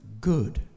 good